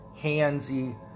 handsy